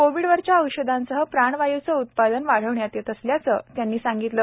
कोविडवरच्या औषधांसह प्राणवायूचं उत्पादन वाढवण्यात येत असल्याचं त्यांनी सांगितलं